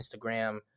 Instagram